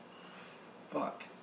Fuck